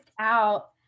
out